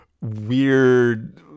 weird